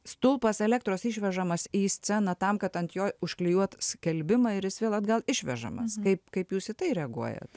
stulpas elektros išvežamas į sceną tam kad ant jo užklijuot skelbimą ir jis vėl atgal išvežamas kaip kaip jūs į tai reaguojat